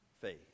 faith